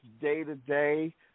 day-to-day